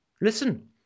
Listen